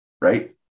right